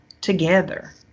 together